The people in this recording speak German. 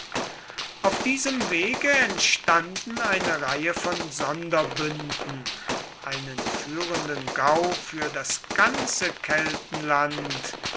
auf diesem wege entstanden eine reihe von sonderbünden einen führenden gau für das ganze